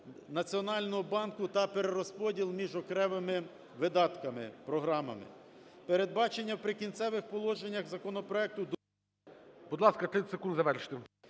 Національного банку та перерозподіл між окремими видатками, програмами. Передбачення в "Прикінцевих положеннях" законопроекту… ГОЛОВУЮЧИЙ. Будь ласка, 30 секунд завершити.